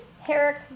Herrick